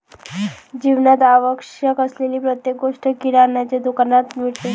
जीवनात आवश्यक असलेली प्रत्येक गोष्ट किराण्याच्या दुकानात मिळते